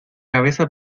cabeza